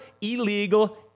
illegal